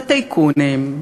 וטייקונים,